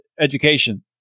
education